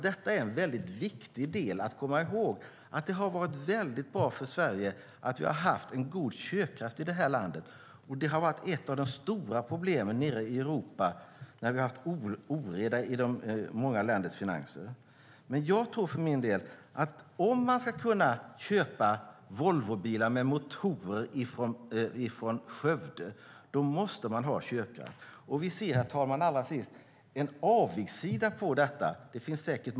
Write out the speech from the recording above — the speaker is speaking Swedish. Det är viktigt att komma ihåg att det har varit bra för Sverige att vi har haft en god köpkraft i landet. Det har varit ett av de stora problemen i Europa där det har varit oreda i många länders finanser. Ska man kunna köpa Volvobilar med motorer från Skövde måste man ha köpkraft. Herr talman! Vi ser en avigsida på detta.